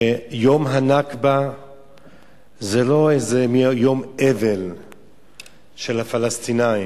שיום הנכבה זה לא איזה יום אבל של הפלסטינים,